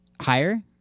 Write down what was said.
higher